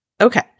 Okay